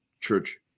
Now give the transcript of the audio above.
church